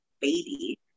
baby